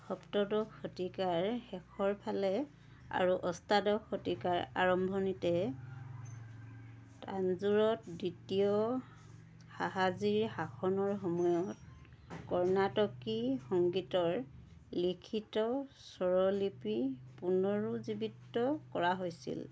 সপ্তদশ শতিকাৰ শেষৰ ফালে আৰু অষ্টাদশ শতিকাৰ আৰম্ভণিতে তাঞ্জোৰত দ্বিতীয় শাহাজীৰ শাসনৰ সময়ত কৰ্ণাটকী সংগীতৰ লিখিত স্বৰলিপি পুনৰুজ্জীৱিত কৰা হৈছিল